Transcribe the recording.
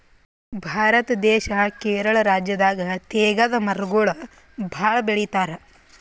ಭಾರತ ದೇಶ್ ಕೇರಳ ರಾಜ್ಯದಾಗ್ ತೇಗದ್ ಮರಗೊಳ್ ಭಾಳ್ ಬೆಳಿತಾರ್